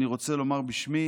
אני רוצה לומר בשמי